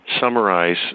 summarize